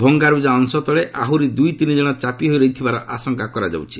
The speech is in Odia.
ଭଙ୍ଗାରୁଜା ଅଂଶ ତଳେ ଆହୁରି ଦୁଇ ତିନି ଜଣ ଚାପି ହୋଇ ରହିଥିବାର ଆଶଙ୍କା କରାଯାଉଛି